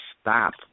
stop